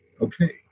okay